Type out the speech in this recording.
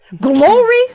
glory